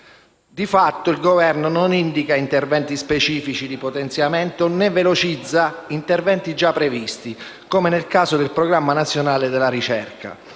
Di fatto, il Governo non indica interventi specifici di potenziamento, né velocizza interventi già previsti, come nel caso del Programma nazionale della ricerca.